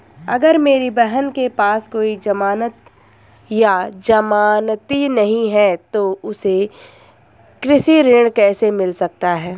अगर मेरी बहन के पास कोई जमानत या जमानती नहीं है तो उसे कृषि ऋण कैसे मिल सकता है?